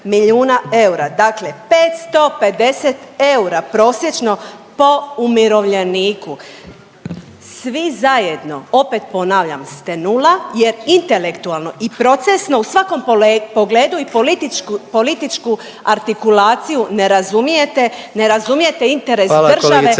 Dakle 550 eura prosječno po umirovljeniku. Svi zajedno opet ponavljam ste nula jer intelektualno i procesno u svakom pogledu i političku artikulaciju ne razumijete, ne razumijete